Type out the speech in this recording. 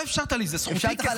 נא לסיים.